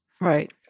Right